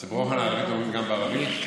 ערבית אומרים גם בערבית?